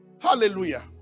Hallelujah